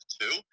two